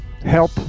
help